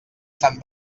sant